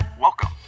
Welcome